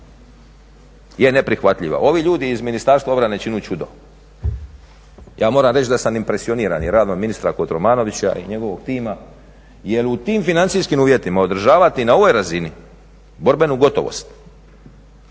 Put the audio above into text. je neprihvatljiva. Ovi ljudi iz Ministarstva obrane čine čuda. Ja moram reći da sam impresioniran i radom ministra Kotromanovića i njegovog tima jer u tim financijskim uvjetima održavati na ovoj razini borbenu gotovost,